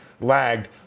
lagged